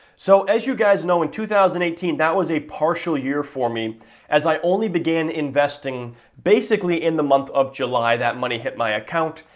so, as you guys know in two thousand and eighteen that was a partial year for me as i only began investing basically in the month of july that money hit my account,